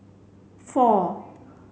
four